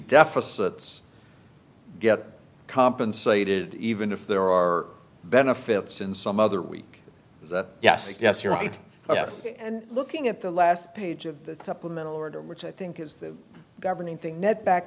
deficit get compensated even if there are benefits and some other weak is that yes yes you're right and looking at the last page of the supplemental order which i think is the governing thing net back